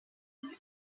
seven